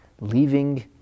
Leaving